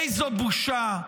איזו בושה.